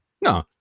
no